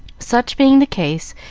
such being the case,